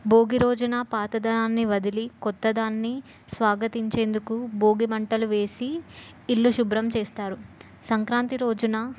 భోగి రోజున పాతదనాన్ని వదిలి కొత్తదానాన్ని స్వాగతించేందుకు భోగి మంటలు వేసి ఇల్లు శుభ్రం చేస్తారు సంక్రాంతి రోజున